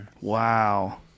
Wow